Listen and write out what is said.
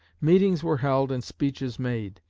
meetings were held and speeches made.